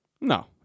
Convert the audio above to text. No